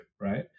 right